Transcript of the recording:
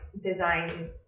design